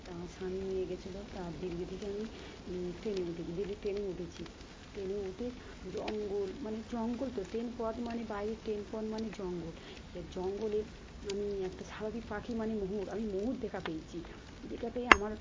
তা আমার স্বামী নিয়ে গিয়েছিলো তা দিল্লি থেকে আমি ট্রেনে উঠেছি দিল্লির ট্রেনে উঠেছি ট্রেনে উঠে জঙ্গল মানে জঙ্গল তো ট্রেন পথ মানে বাইরের ট্রেন পথ মানে জঙ্গল এ জঙ্গলে আমি একটা স্বাভাবিক পাখি মানে ময়ূর আমি ময়ূর দেখা পেয়েছি দেখা পেয়ে আমার